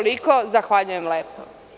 Zahvaljujem se.